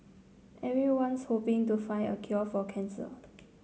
everyone's hoping to find a cure for cancer